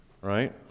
right